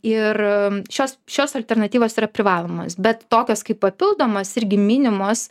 ir šios šios alternatyvos yra privalomos bet tokios kaip papildomas irgi minimos